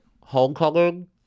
Homecoming